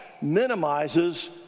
minimizes